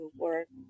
work